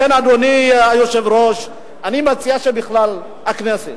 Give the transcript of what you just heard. לכן, אדוני היושב-ראש, אני מציע שבכלל הכנסת,